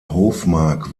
hofmark